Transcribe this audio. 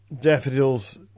daffodils